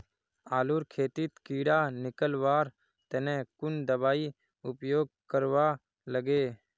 आलूर खेतीत कीड़ा निकलवार तने कुन दबाई उपयोग करवा लगे?